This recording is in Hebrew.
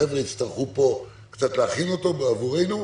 החבר'ה יצטרכו פה קצת להכין אותו עבורנו,